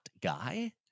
guy